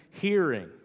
hearing